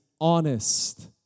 honest